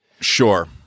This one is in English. Sure